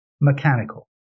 mechanical